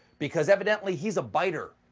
because evidentally he's a biter.